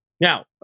Now